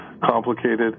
complicated